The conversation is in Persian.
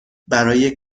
برای